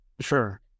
sure